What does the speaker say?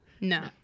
No